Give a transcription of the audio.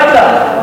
מה אכפת לךְ?